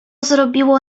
zrobiło